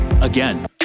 Again